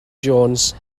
jones